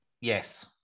Yes